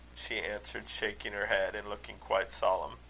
she answered, shaking her head, and looking quite solemn.